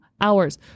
hours